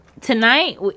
tonight